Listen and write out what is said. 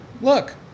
Look